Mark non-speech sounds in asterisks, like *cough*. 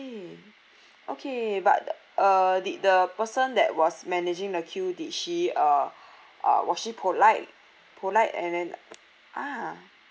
*breath* okay but uh did the person that was managing the queue did she uh *breath* uh was she polite polite and then ah